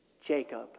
Jacob